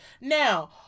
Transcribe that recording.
Now